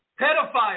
pedophile